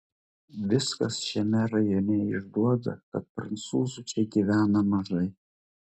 viskas šiame rajone išduoda kad prancūzų čia gyvena mažai